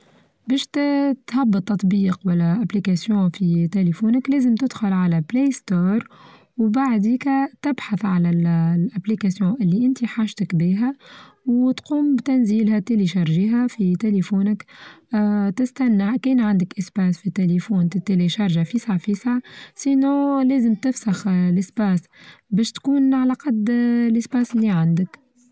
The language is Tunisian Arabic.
بيش تهبط تطبيق ولا أبليكيسيو في تليفونك لازم تدخل على بلاي ستور وبعدكيكا تبحث على الأبليكيسيو اللي انت حاجتك بيها وتقوم بتنزيلها تيليشارجيها في تليفونك آآ تستناه كاين عندك سباس في تليفون تتلى شارجع فيسع فيسع، سينو لازم تفسخ السباس باش تكون على قد ال-السباس اللى عندك.